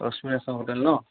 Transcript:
Rashmirekha hotel ন